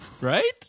right